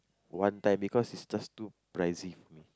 one time because it's just too pricey for me